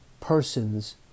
person's